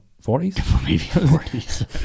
forties